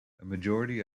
majority